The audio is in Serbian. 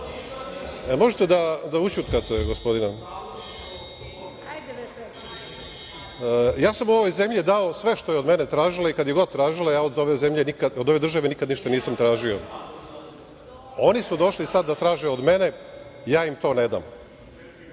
možete da ućutkate gospodina? Ja sam ovoj zemlji dao sve što je od mene tražila i kad je god tražila, ja od ove zemlje, od ove države nikad ništa nisam tražio. Oni su došli sad da traže od mene, ja im to ne